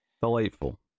Delightful